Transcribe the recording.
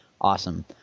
awesome